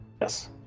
yes